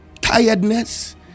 tiredness